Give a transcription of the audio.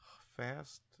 Fast